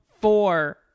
four